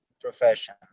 profession